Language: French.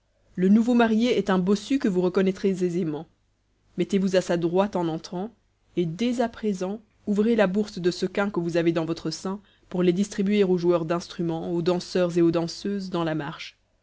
le nouveau marié est un bossu que vous reconnaîtrez aisément mettez-vous à sa droite en entrant et dès à présent ouvrez la bourse de sequins que vous avez dans votre sein pour les distribuer aux joueurs d'instruments aux danseurs et aux danseuses dans la marche